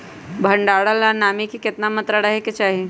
भंडारण ला नामी के केतना मात्रा राहेके चाही?